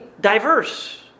diverse